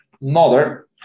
mother